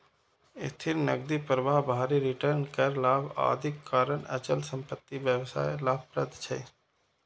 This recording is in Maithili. स्थिर नकदी प्रवाह, भारी रिटर्न, कर लाभ, आदिक कारण अचल संपत्ति व्यवसाय लाभप्रद छै